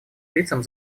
лицам